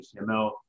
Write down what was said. html